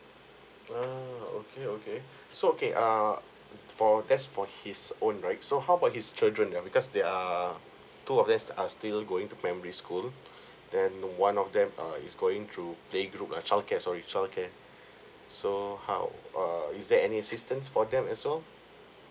ah okay okay so okay err for that's for his own right so how about his children yeah because they are two of them is are still going to primary school then one of them uh is going through playgroup uh childcare sorry childcare so how err is there any assistance for them also